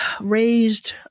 raised